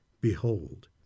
behold